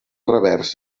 revers